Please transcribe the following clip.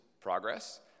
progress